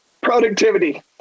Productivity